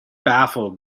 baffled